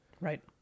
Right